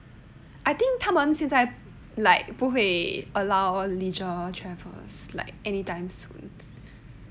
I think 他们现在 like 不会 allow leisure travels like anytime soon